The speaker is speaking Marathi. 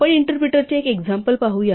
आपण इंटरप्रीटरचे एक एक्झाम्पल पाहू या